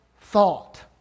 thought